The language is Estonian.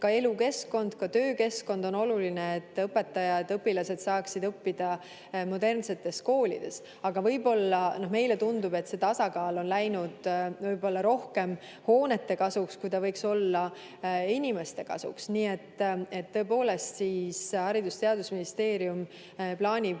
ka elukeskkond, ka töökeskkond on oluline, et õpetajad ja õpilased saaksid õppida modernsetes koolides. Aga meile tundub, et see tasakaal on läinud võib-olla rohkem hoonete kasuks, kuigi võiks olla inimeste kasuks. Nii et tõepoolest Haridus‑ ja Teadusministeerium plaanib